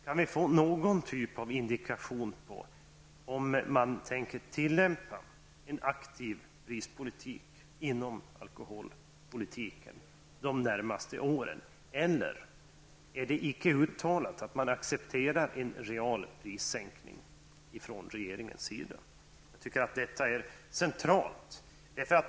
Kan vi få någon indikation på om man tänker använda en aktiv prispolitik inom alkoholpolitiken de närmaste åren, eller finns det ett outtalat accepterande från regeringens sida av en real prissänkning? Jag tycker detta är centralt.